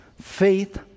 faith